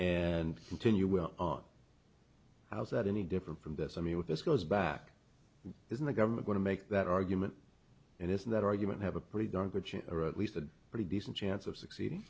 and continue with how is that any different from this i mean what this goes back is in the government going to make that argument and isn't that argument have a pretty darn good or at least a pretty decent chance of succeeding